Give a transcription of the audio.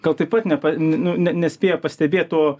gal taip pat nepa nu ne nespėja pastebėt to